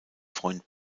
freund